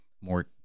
more